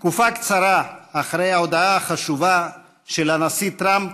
תקופה קצרה אחרי ההודעה החשובה של הנשיא טראמפ,